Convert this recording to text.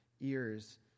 ears